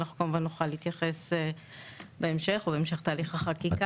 אנחנו נוכל להתייחס בהמשך או בהמשך תהליך החקיקה.